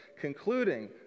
concluding